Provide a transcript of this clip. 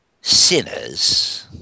sinners